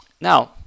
Now